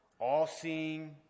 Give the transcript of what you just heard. all-seeing